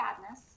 sadness